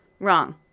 Wrong